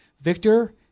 Victor